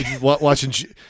watching